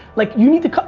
like you need to,